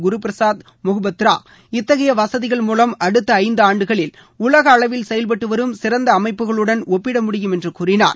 குருபிரசாத் முகோபாத்ரா இத்தகைய வசதிகள் மூலம் அடுத்த ஐந்து ஆண்டுகளில் உலகளவில் செயல்பட்டு வரும் சிறந்த அமைப்புகளுடன் ஒப்பிட முடியும் என்று கூறினார்